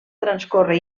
transcorre